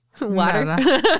water